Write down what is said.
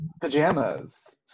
pajamas